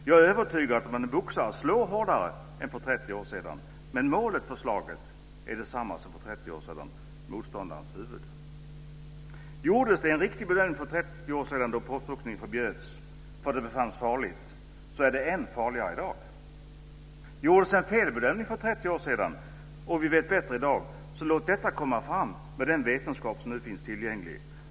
Jag är övertygad om att en boxare slår hårdare än för 30 år sedan, men målet för slaget är detsamma som för 30 år sedan - motståndarens huvud. Gjordes det en riktig bedömning för 30 år sedan då proffsboxning förbjöds för att det befanns farligt, så är det än farligare i dag. Gjordes det en felbedömning för 30 år sedan och vi vet bättre i dag, så låt detta komma fram med den vetenskap som nu finns tillgänglig.